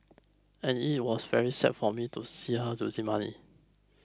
and it was very sad for me to see her losing money